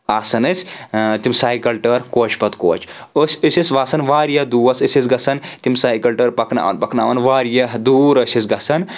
آسان أسۍ تِم سایِکَل ٹٲر کوچہٕ پتہٕ کوچہٕ أسۍ ٲسۍ آسان واریاہ دوس أسۍ ٲسۍ گژھان تِم سایِکَل ٹٲر پَکناوَان پَکناوَان واریاہ دوٗر ٲسۍ أسۍ گژھان